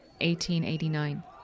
1889